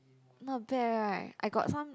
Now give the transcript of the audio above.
not bad right I got some